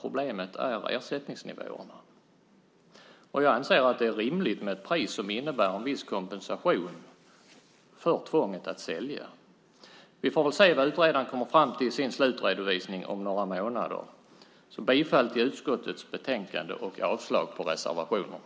Problemet är ersättningsnivåerna. Jag anser att det är rimligt med ett pris som innebär en viss kompensation för tvånget att sälja. Vi får väl se vad utredaren kommer fram till om några månader i sin slutredovisning. Jag yrkar bifall till förslaget i utskottets betänkande och avslag på reservationerna.